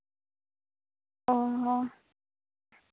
ᱚᱸᱻ ᱦᱚᱸ